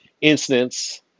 incidents